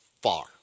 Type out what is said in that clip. far